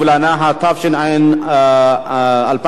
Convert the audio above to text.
התש"ע 2009,